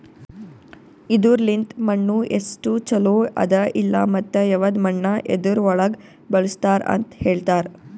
ಇದುರ್ ಲಿಂತ್ ಮಣ್ಣು ಎಸ್ಟು ಛಲೋ ಅದ ಇಲ್ಲಾ ಮತ್ತ ಯವದ್ ಮಣ್ಣ ಯದುರ್ ಒಳಗ್ ಬಳಸ್ತಾರ್ ಅಂತ್ ಹೇಳ್ತಾರ್